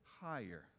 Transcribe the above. higher